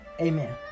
Amen